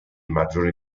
maggiori